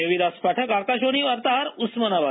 देविदास पाठक आकाशवाणी वार्ताहर उस्मानाबाद